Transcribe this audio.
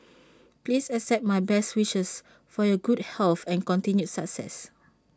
please accept my best wishes for your good health and continued success